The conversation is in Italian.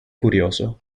curioso